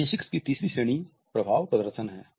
kinesics की तीसरी श्रेणी प्रभाव प्रदर्शन है